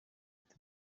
ati